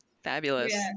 Fabulous